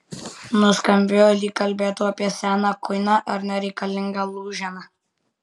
nuskambėjo lyg kalbėtų apie seną kuiną ar nereikalingą lūženą